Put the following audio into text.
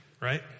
right